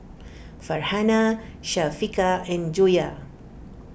Farhanah Syafiqah and Joyah